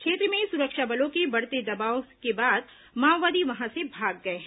क्षेत्र में सुरक्षा बलों के बढ़ते दबाव के बाद माओवादी वहां से भाग गए हैं